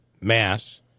Mass